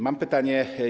Mam pytanie.